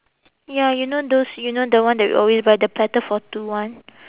ya you know those you know the one that we always buy the platter for two [one]